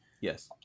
Yes